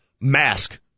mask